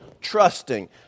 trusting